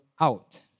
out